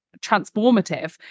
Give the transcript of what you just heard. transformative